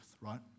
right